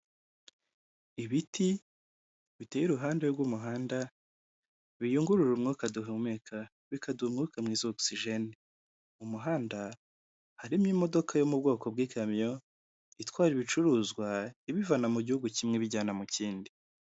Ibiti biteye iruhande rw'umuhanda, biyungurura umwuka duhumeka, bikadu umwuka mwiza wa ogisijene mu muhanda harimo imodoka yo mu bwoko bw'ikamyo, itwara ibicuruzwa ibivana mu gihugu kimwe ibijyana mu kindi.